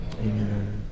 Amen